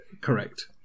Correct